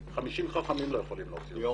50 חכמים לא יוכלו להוציא אותה.